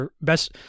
best